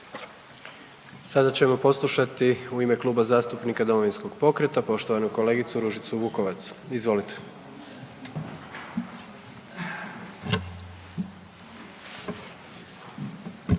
Sada ćemo poslušati u ime Kluba zastupnika Domovinskog pokreta poštovanu kolegicu Ružicu Vukovac, izvolite.